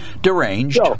Deranged